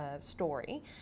story